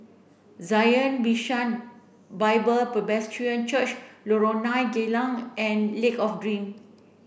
Zion Bishan Bible Presbyterian Church Lorong nine Geylang and Lake of Dream